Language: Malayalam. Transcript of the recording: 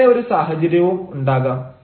ഇങ്ങനെ ഒരു സാഹചര്യവും ഉണ്ടാകാം